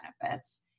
benefits